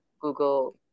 Google